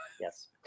Yes